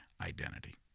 identity